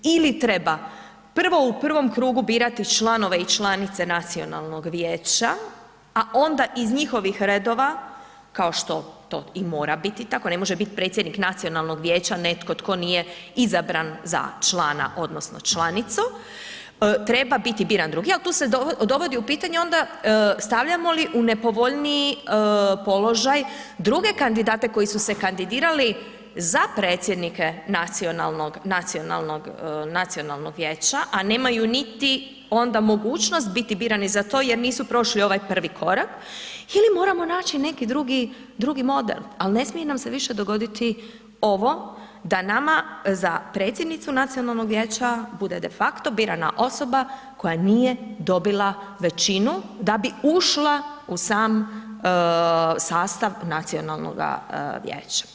Ili treba prvo u prvom krugu birate članove i članice nacionalnog vijeća a onda iz njihovih redova kao što to i mora biti tako, ne može biti predsjednik nacionalnog vijeća netko tko nije izabran za člana odnosno članicu, treba biti biran drugi ali tu se dovodi u pitanje onda stavljamo li u nepovoljniji položaj druge kandidate koji su se kandidirali za predsjednike nacionalnog vijeća a nemaju niti onda mogućnost biti birani za to jer nisu prošli ovaj prvi korak ili moramo naći neki drugi model ali ne smije nam se više dogoditi ovo da nama za predsjednicu nacionalnog vijeća bude de facto birana osoba koja nije dobila većinu da bi ušla u sam sastav nacionalnoga vijeća.